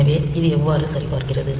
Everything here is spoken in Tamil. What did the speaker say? எனவே இது எவ்வாறு சரிபார்க்கிறது